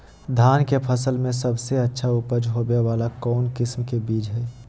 धान के फसल में सबसे अच्छा उपज होबे वाला कौन किस्म के बीज हय?